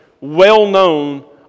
well-known